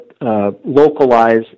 localize